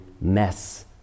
mess